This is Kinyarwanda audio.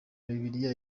bibiliya